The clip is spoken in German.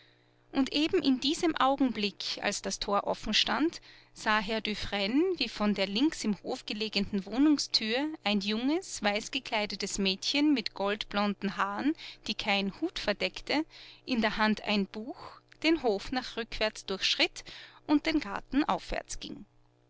und eben in diesem augenblick als das tor offen stand sah herr dufresne wie von der links im hofe gelegenen wohnungstür ein junges weißgekleidetes mädchen mit goldblonden haaren die kein hut verdeckte in der hand ein buch den hof nach rückwärts durchschritt und den garten aufwärts ging